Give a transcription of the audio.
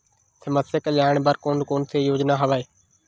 समस्या कल्याण बर कोन कोन से योजना हवय?